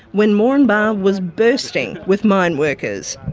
when moranbah was bursting with mine workers.